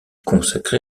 consacré